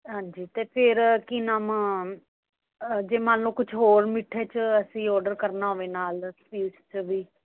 ਹਾਂਜੀ ਅਤੇ ਫਿਰ ਕੀ ਨਾਮ ਜੇ ਮੰਨ ਲੋ ਕੁਛ ਹੋਰ ਮਿੱਠੇ 'ਚ ਅਸੀਂ ਓਡਰ ਕਰਨਾ ਹੋਵੇ ਨਾਲ ਸਵੀਟਸ ਵੀ